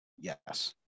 Yes